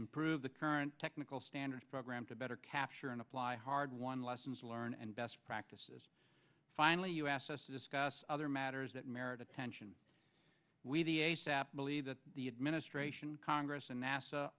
improve the current technical standards program to better capture and apply hard won lessons learned and best practices finally you asked us to discuss other matters that merit attention we believe that the administration congress and nasa